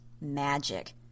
magic